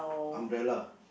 umbrella